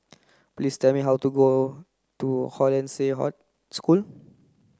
please tell me how to go to Hollandse School